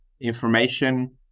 information